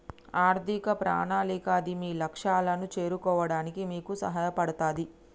ఆర్థిక ప్రణాళిక అది మీ లక్ష్యాలను చేరుకోవడానికి మీకు సహాయపడతది